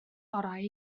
orau